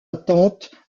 attente